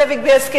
זאביק בילסקי,